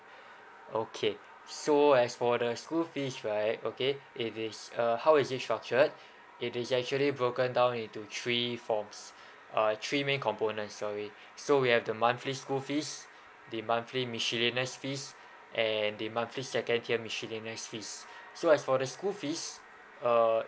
okay so as for the school fees right okay it is err how is it structured it is actually broken down into three forms uh three main components sorry so we have the monthly school fees the monthly miscellaneous fees and the monthly second tier miscellaneous fees so as for the school fees err